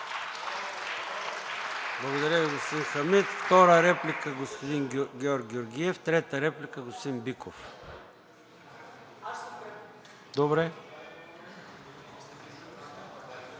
Благодаря Ви, господин Хамид. Втора реплика – господин Георг Георгиев, трета реплика – господин Биков.